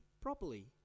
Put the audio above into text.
properly